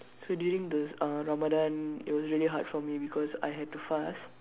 so during the uh Ramadan it was really hard for me because I had to fast